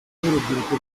n’urubyiruko